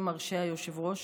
אם מרשה היושב-ראש,